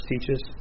teaches